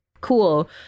cool